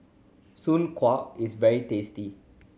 Soon Kuih is very tasty